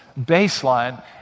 baseline